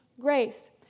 grace